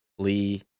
Lee